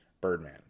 Birdman